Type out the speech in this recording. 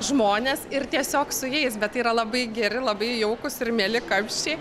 žmones ir tiesiog su jais bet tai yra labai geri labai jaukūs ir mieli kamščiai